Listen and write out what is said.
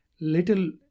little